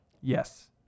Yes